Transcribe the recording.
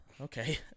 Okay